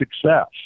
success